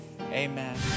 amen